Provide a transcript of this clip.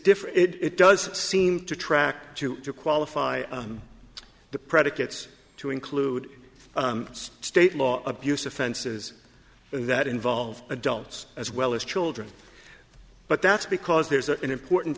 different it does seem to track to qualify the predicates to include state law abuse offenses that involve adults as well as children but that's because there's an important